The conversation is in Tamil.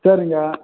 சரிங்க